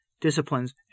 disciplines